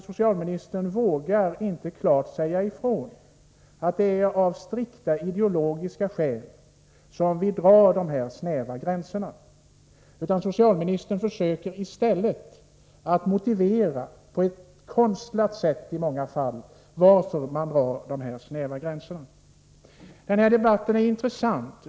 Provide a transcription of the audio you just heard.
Socialministern vågar inte klart säga ifrån att det är av strikta, ideologiska skäl som man drar dessa snäva gränser, utan socialministern försöker i stället motivera, på ett i många fall konstlat sätt, varför man drar dessa snäva gränser. Denna debatt är intressant.